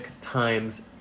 times